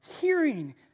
hearing